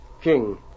King